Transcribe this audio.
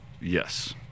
Yes